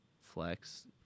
Flex